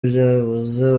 byibuze